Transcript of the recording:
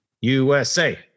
USA